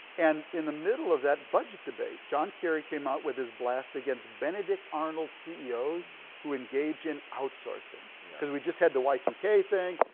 and in the middle of that budget debate john kerry came out with this blast against benedict arnold's ceo's who engage in outsourcing because we just had the y two k thing,